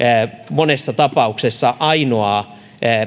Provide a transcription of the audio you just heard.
monessa tapauksessa ainoaa